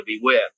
beware